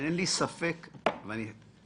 שאין לי ספק - יש סודיות,